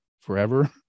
forever